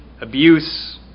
abuse